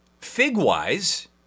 Fig-wise